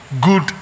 good